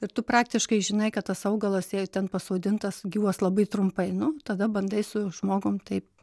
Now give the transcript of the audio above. ir tu praktiškai žinai kad tas augalas jei ten pasodintas gyvuos labai trumpai nu tada bandai su žmogum taip